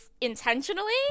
intentionally